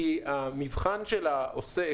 כי המבחן של העוסק